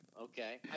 Okay